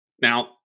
now